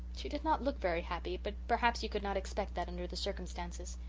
she did not look very happy, but perhaps you could not expect that under the circumstances.